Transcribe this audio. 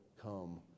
come